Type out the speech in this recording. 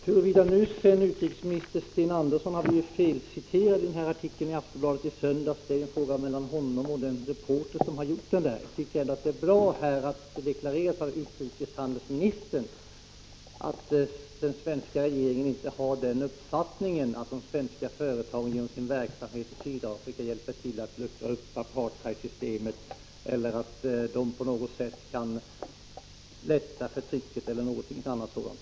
Huruvida utrikesminister Sten Andersson har blivit felciterad i artikeln i Aftonbladet i söndags är en fråga mellan honom och den reporter som har skrivit artikeln. Jag tycker att det är bra att utrikeshandelsministern här deklarerar att regeringen inte har uppfattningen att de svenska företagen genom sin verksamhet i Sydafrika hjälper till att luckra upp apartheidsystemet eller att de på något sätt kan lätta förtrycket, etc.